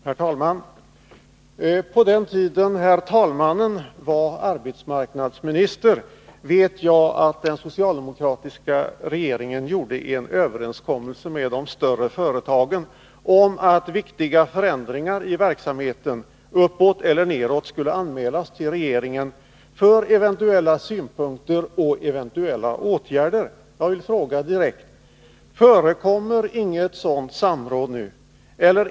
Herr talman! Jag vet att på den tiden då herr talmannen var arbetsmarknadsminister gjorde den socialdemokratiska regeringen en överenskommelse med de större företagen om att viktiga förändringar i verksamheten — uppåt eller neråt — skulle anmälas till regeringen för eventuella synpunkter och eventuella åtgärder. Jag vill fråga: Förekommer inget sådant samråd nu?